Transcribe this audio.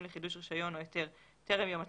לחידוש רישיון או היתר טרם יום התחילה,